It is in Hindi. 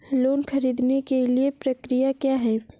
लोन ख़रीदने के लिए प्रक्रिया क्या है?